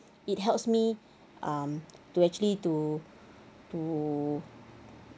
it helps me um to actually to to